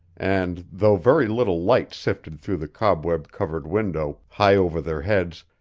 and though very little light sifted through the cobweb-covered window high over their heads,